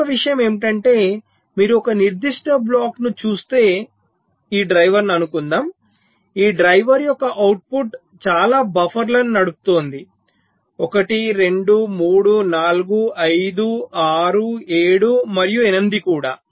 ఇంకొక విషయం ఏమిటంటే మీరు ఒక నిర్దిష్ట బ్లాక్ను చూస్తే ఈ డ్రైవర్ను అనుకుందాం ఈ డ్రైవర్ యొక్క అవుట్పుట్ చాలా బఫర్లను నడుపుతోంది 1 2 3 4 5 6 7 మరియు 8 కూడా